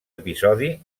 episodi